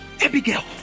Abigail